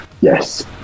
Yes